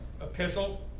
epistle